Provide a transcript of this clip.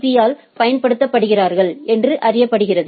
பீ ஆல் பயன்படுத்தப்படுகிறார்கள் என்று அறியப்படுகிறது